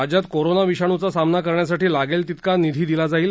राज्यात कोरोना विषाणूचा सामना करण्यासाठी लागेल तितका निधी दिला जाईल